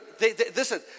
Listen